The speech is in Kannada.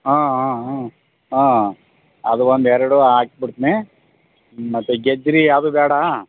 ಹಾಂ ಹಾಂ ಹ್ಞೂ ಹಾಂ ಅದು ಒಂದು ಎರಡು ಹಾಕ್ ಬಿಡ್ತ್ನಿ ಮತ್ತು ಗಜ್ರಿ ಯಾವ್ದೂ ಬೇಡಾ